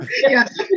Yes